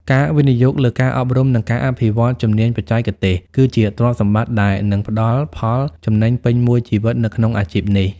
ការវិនិយោគលើការអប់រំ និងការអភិវឌ្ឍជំនាញបច្ចេកទេស គឺជាទ្រព្យសម្បត្តិដែលនឹងផ្តល់ផលចំណេញពេញមួយជីវិតនៅក្នុងអាជីពនេះ។